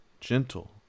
gentle